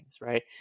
right